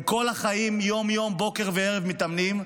כל החיים, יום-יום, בוקר וערב הם מתאמנים,